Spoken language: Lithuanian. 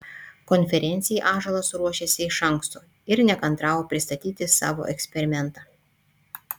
konferencijai ąžuolas ruošėsi iš anksto ir nekantravo pristatyti savo eksperimentą